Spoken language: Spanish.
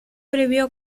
previo